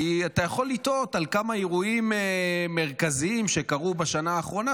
כי אתה יכול לתהות על כמה אירועים מרכזיים שקרו בשנה האחרונה,